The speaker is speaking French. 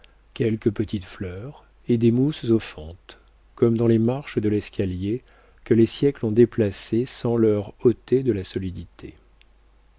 quelques petites fleurs et des mousses aux fentes comme dans les marches de l'escalier que les siècles ont déplacées sans leur ôter de la solidité